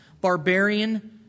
barbarian